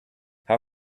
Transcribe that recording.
how